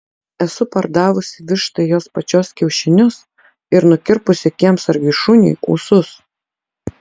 esu pardavusi vištai jos pačios kiaušinius ir nukirpusi kiemsargiui šuniui ūsus